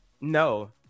no